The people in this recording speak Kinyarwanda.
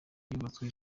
yubatswe